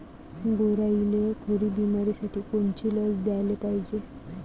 गुरांइले खुरी बिमारीसाठी कोनची लस द्याले पायजे?